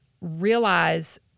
realize